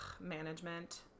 management